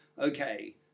okay